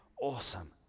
awesome